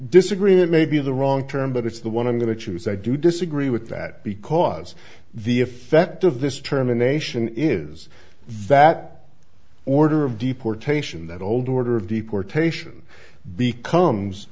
disagree that may be the wrong term but it's the one i'm going to choose i do disagree with that because the effect of this term a nation is that order of deportation that old order of deportation becomes